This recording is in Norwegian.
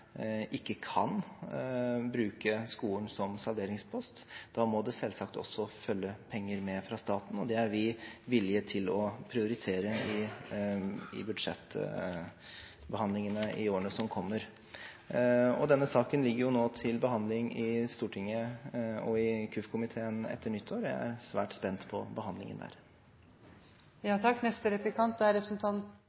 ikke kan bruke skolen som salderingspost. Da må det selvsagt også følge med penger fra staten, og det er vi villige til å prioritere i budsjettbehandlingene i årene som kommer. Denne saken ligger nå til behandling i Stortinget, i kirke-, utdannings- og forskningskomiteen, og jeg er svært spent på behandlingen der.